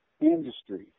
industry